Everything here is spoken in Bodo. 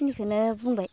बेखिनिखौनो बुंबाय